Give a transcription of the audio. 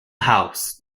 house